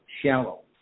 shallow